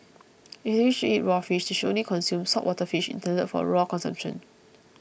if they wish to eat raw fish they should only consume saltwater fish intended for raw consumption